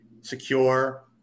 secure